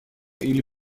или